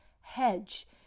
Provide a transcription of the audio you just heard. hedge